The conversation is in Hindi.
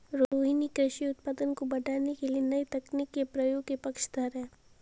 रोहिनी कृषि उत्पादन को बढ़ाने के लिए नए तकनीक के प्रयोग के पक्षधर है